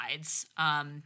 sides